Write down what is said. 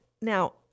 now